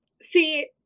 See